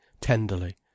tenderly